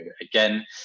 again